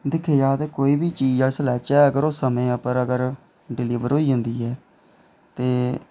दिक्खेआ जा ते कोई बी चीज अस लैचे ते अगर ओह् नेईं अगर डिलिवर होई जंदी ऐ ते